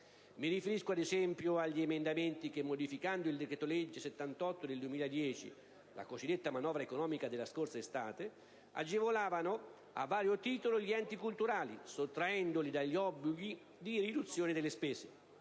Mi riferisco ad esempio agli emendamenti che, modificando il decreto-legge n. 78 del 2010 (la cosiddetta manovra economica della scorsa estate), agevolavano a vario titolo gli enti culturali, sottraendoli dagli obblighi di riduzione delle spese.